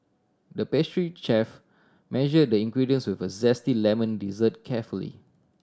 the pastry chef measure the ingredients we for zesty lemon dessert carefully